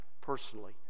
personally